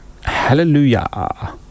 Hallelujah